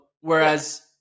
whereas